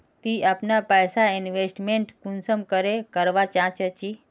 ती अपना पैसा इन्वेस्टमेंट कुंसम करे करवा चाँ चची?